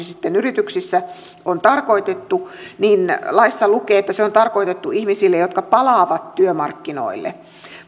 sitten yrityksissä on tarkoitettu niin laissa lukee että se on tarkoitettu ihmisille jotka palaavat työmarkkinoille